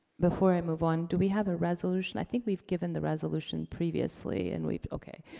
before i move on, do we have a resolution? i think we've given the resolution previously, and we've? okay.